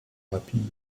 rapides